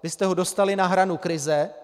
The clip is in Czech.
Vy jste ho dostali na hranu krize.